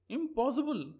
Impossible